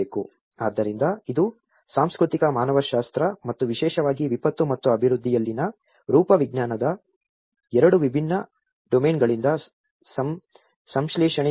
ಆದ್ದರಿಂದ ಇದು ಸಾಂಸ್ಕೃತಿಕ ಮಾನವಶಾಸ್ತ್ರ ಮತ್ತು ವಿಶೇಷವಾಗಿ ವಿಪತ್ತು ಮತ್ತು ಅಭಿವೃದ್ಧಿಯಲ್ಲಿನ ರೂಪವಿಜ್ಞಾನದ ಎರಡು ವಿಭಿನ್ನ ಡೊಮೇನ್ಗಳಿಂದ ಸಂಶ್ಲೇಷಣೆಯಾಗಿದೆ